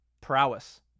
prowess